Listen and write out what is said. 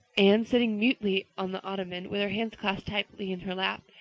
anne sitting mutely on the ottoman, with her hands clasped tightly in her lap,